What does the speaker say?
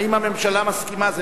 האם הממשלה מסכימה?